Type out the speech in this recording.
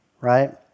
right